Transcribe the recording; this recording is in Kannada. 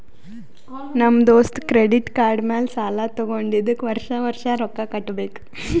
ನಮ್ ದೋಸ್ತ ಕ್ರೆಡಿಟ್ ಕಾರ್ಡ್ ಮ್ಯಾಲ ಸಾಲಾ ತಗೊಂಡಿದುಕ್ ವರ್ಷ ವರ್ಷ ರೊಕ್ಕಾ ಕಟ್ಟಬೇಕ್